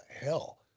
hell